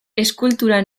eskultura